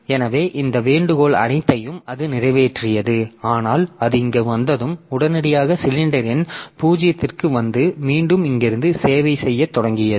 எனவே இந்த வேண்டுகோள் அனைத்தையும் அது நிறைவேற்றியது ஆனால் அது இங்கு வந்ததும் உடனடியாக சிலிண்டர் எண் 0 க்கு வந்து மீண்டும் இங்கிருந்து சேவை செய்யத் தொடங்கியது